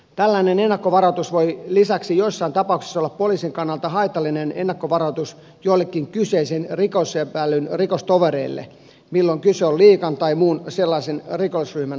tällainen ennakkovaroitus voi lisäksi joissain tapauksissa olla poliisin kannalta haitallinen ennakkovaroitus joillekin kyseisen rikosepäillyn rikostovereille jos kyse on liigan tai muun sellaisen rikollisryhmän toiminnasta